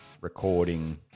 recording